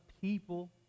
people